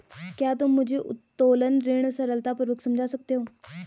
क्या तुम मुझे उत्तोलन ऋण सरलतापूर्वक समझा सकते हो?